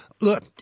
Look